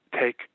take